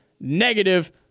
negative